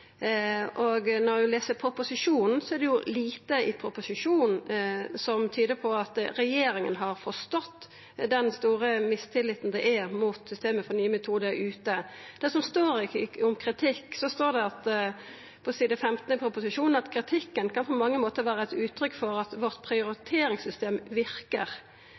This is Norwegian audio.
Og når ein les proposisjonen, er det lite der som tyder på at regjeringa har forstått den store mistilliten som er mot systemet for nye metodar ute. Når det gjeld kritikk, står det på side 15 i proposisjonen at «kritikken kan på mange måter være et uttrykk for at vårt prioriteringssystem virker».